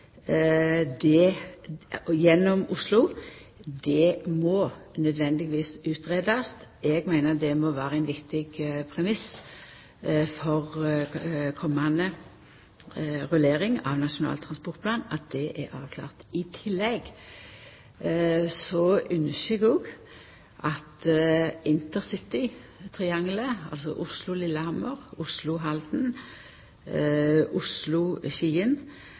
Osloområdet, gjennom Oslo. Det må nødvendigvis utgreiast. Eg meiner det må vera ein viktig premiss for komande rullering av Nasjonal transportplan at det er avklart. I tillegg håpar eg at ein òg når det gjeld intercitytriangelet – altså